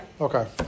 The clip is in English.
Okay